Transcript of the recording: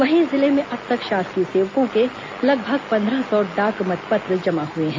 वहीं जिले में अब तक शासकीय सेवकों के लगभग पंद्रह सौ डाक मतपत्र जमा हुए हैं